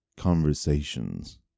Conversations